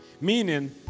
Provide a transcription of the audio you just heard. Meaning